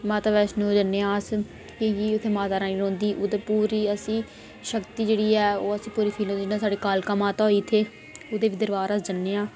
माता वैष्णो जन्ने आं अस क्योंकि उत्थै माता रानी रौंह्दी उद्धर पूरी असें ई शक्ति जेह्ड़ी ऐ ओह् असें पूरी साढ़ी कालका माता होई इत्थें ओह्दी बी दरबार अस जन्ने आं